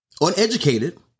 uneducated